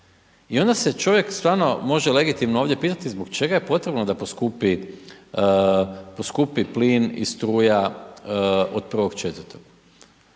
I onda se čovjek stvarno može legitimno ovdje pitati, zbog čega je potrebno da poskupi plin i struja od 1.4.